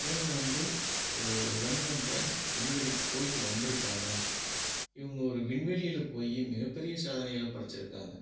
இவங்க வந்து ஒரு ரெண்டு மூணு டைம் விண்வெளிக்கு போயிவிட்டு வந்துருக்காங்க இவங்க ஒரு விண்வெளியில் போய் மிகப்பெரிய சாதனைகளை படைச்சிருக்காங்க